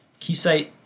Keysight